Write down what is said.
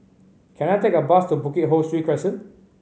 can I take a bus to Bukit Ho Swee Crescent